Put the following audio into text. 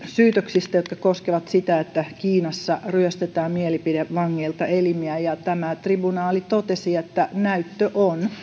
syytöksistä jotka koskevat sitä että kiinassa ryöstetään mielipidevangeilta elimiä ja tämä tribunaali totesi että näyttöä on